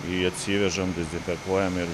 jį atsivežam dezinfekuojam ir